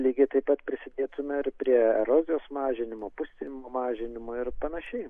lygiai taip pat prisidėtume ir prie erozijos mažinimo pusinių mažinimo ir panašiai